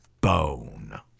bone